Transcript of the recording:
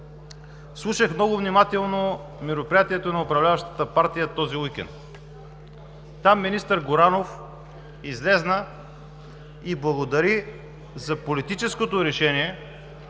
Слушах много внимателно мероприятието на управляващата партия този уикенд. Там министър Горанов излезе и благодари за политическото решение